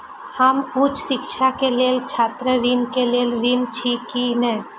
हम उच्च शिक्षा के लेल छात्र ऋण के लेल ऋण छी की ने?